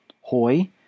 Hoi